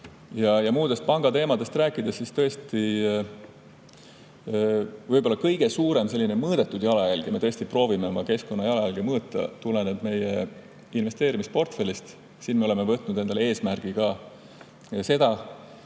Kui muudest pangateemadest rääkida, siis tõesti, võib-olla kõige suurem mõõdetud jalajälg – me tõesti proovime oma keskkonnajalajälge mõõta – tuleneb meie investeerimisportfellist. Me oleme võtnud endale eesmärgi seda